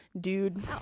Dude